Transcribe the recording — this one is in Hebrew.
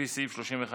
לפי סעיף 31(א)